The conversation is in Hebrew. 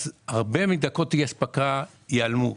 הרבה מדקות אי-האספקה ייעלמו.